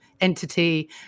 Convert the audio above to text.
entity